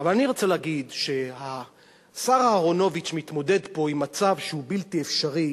אבל אני רוצה להגיד שהשר אהרונוביץ מתמודד פה עם מצב שהוא בלתי אפשרי